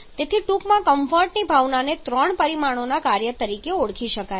તેથી ટૂંકમાં કમ્ફર્ટની ભાવનાને ત્રણ પરિમાણોના કાર્ય તરીકે ઓળખી શકાય છે